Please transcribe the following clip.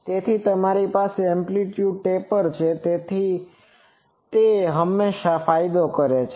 તેથી જો તમારી પાસે એમ્પ્લીટ્યુડ ટેપર છે તો તે હમેશા ફાયદો કરે છે